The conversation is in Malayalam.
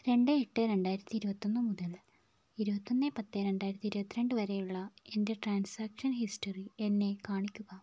രണ്ട് എട്ട് രണ്ടായിരത്തി ഇരുപത്തൊന്ന് മുതൽ ഇരുപത്തൊന്ന് പത്ത് രണ്ടായിരത്തിയിരുപത്തിരണ്ട് വരെയുള്ള എൻ്റെ ട്രാൻസാക്ഷൻ ഹിസ്റ്ററി എന്നെ കാണിക്കുക